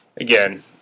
again